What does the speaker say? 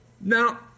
Now